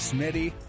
Smitty